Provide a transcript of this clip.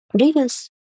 readers